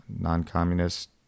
non-communist